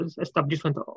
establishment